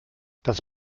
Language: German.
das